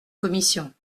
commission